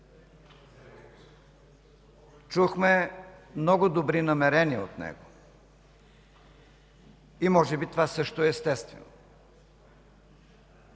Чухме много добри намерения от него и може би това също е естествено